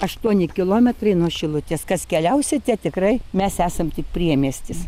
aštuoni kilometrai nuo šilutės kas keliausite tikrai mes esam tik priemiestis